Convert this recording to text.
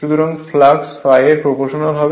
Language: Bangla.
সুতরাং ফ্লাক্স ∅ এর প্রপ্রোশনাল হবে